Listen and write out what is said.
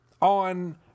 on